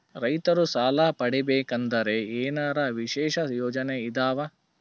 ರೈತರು ಸಾಲ ಪಡಿಬೇಕಂದರ ಏನರ ವಿಶೇಷ ಯೋಜನೆ ಇದಾವ?